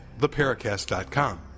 theparacast.com